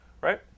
Right